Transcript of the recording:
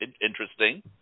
interesting